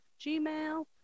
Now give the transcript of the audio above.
gmail